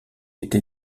été